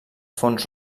fons